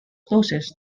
closest